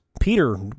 Peter